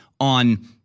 on